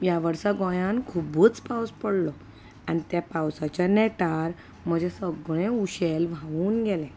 ह्या वर्सा गोंयांत खुबच पावस पडलो आनी त्या पावसाच्या नेटार म्हजें सगळें उशेल व्हांवून गेलें